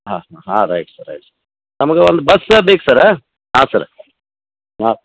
ಹಾಂ ಹಾಂ right sir right sir ನಮಗೆ ಒಂದು ಬಸ್ಸ್ ಬೇಕು ಸರ್ ಹಾಂ ಸರ ಹಾಂ